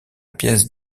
pièce